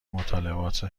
مطالبات